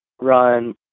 run